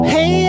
Hey